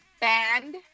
band